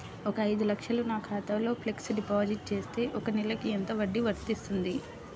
ఒక ఐదు లక్షలు నా ఖాతాలో ఫ్లెక్సీ డిపాజిట్ చేస్తే ఒక నెలకి ఎంత వడ్డీ వర్తిస్తుంది?